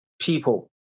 people